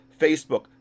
Facebook